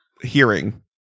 hearing